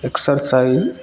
exercise